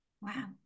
Wow